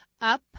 Up